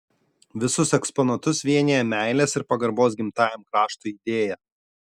visus eksponatus vienija meilės ir pagarbos gimtajam kraštui idėja